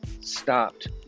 stopped